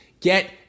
Get